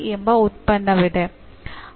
ಎಂಬ ಉತ್ಪನ್ನವಿದೆ